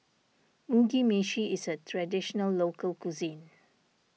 Mugi Meshi is a Traditional Local Cuisine